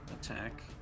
Attack